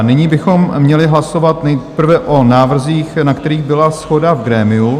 Nyní bychom měli hlasovat nejprve o návrzích, na kterých byla shoda v grémiu.